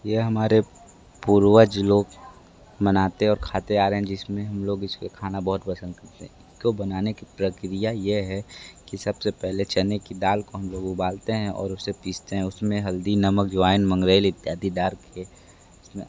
ये हमारे पूर्वज लोग मनाते और खाते आ रहे हैं जिसमें हम लोग इसको खाना बहुत पसंद करते हैं इसको बनाने की प्रक्रिया ये है कि सबसे पहले चने की दाल को हम लोग उबालते हैं और उसे पीसते हैं उसमें हल्दी नमक जॉआइन मंगरेल इत्यादि डाल के उसमें